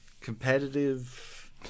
competitive